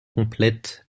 complète